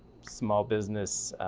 small business,